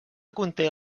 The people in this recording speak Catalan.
conté